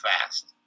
fast